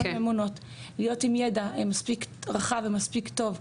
גם לממונות להיות עם ידע מספיק רחב ומספיק טוב.